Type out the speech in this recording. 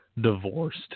divorced